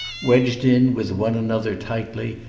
wedged in with one another tightly,